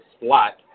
slot